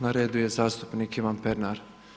Na redu je zastupnik Ivan Pernar.